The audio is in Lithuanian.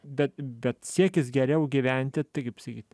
bet bet siekis geriau gyventi tai kaip sakyt